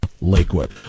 Lakewood